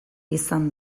izan